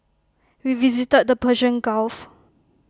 we visited the Persian gulf